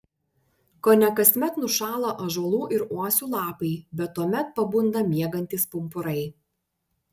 kone kasmet nušąla ąžuolų ir uosių lapai bet tuomet pabunda miegantys pumpurai